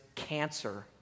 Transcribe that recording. cancer